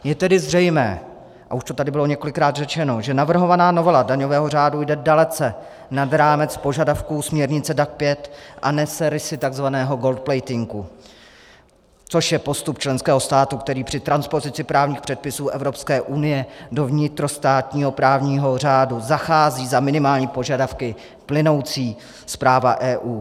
Je tedy zřejmé, a už to tady bylo několikrát řečeno, že navrhovaná novela daňového řádu jde dalece nad rámec požadavků směrnice DAC 5 a nese rysy tzv. goldplatingu, což je postup členského státu, který při transpozici právních předpisů Evropské unie do vnitrostátního právního řádu zachází za minimální požadavky plynoucí z práva EU.